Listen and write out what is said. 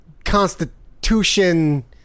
Constitution